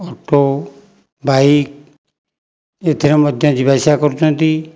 auto bike ଏଥିରେ ମଧ୍ୟ ଯିବା ଆସିବା କରୁଛନ୍ତି